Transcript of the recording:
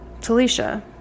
Talisha